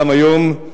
גם היום,